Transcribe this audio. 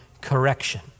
correction